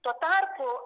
tuo tarpu